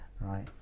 right